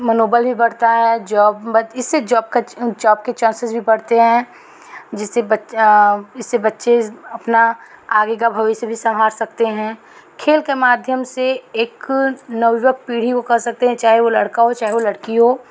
मनोबल भी बढ़ता है जॉब इससे जॉब जॉब के चांसेस भी बढ़ते हैं जिससे बच इससे बच्चे अपना आगे का भविष्य भी सँभार सकते हैं खेल के माध्यम से एक नवयुवक पीढ़ी को कह सकते हैं चाहे वो लड़का हो चाहे वो लड़की हो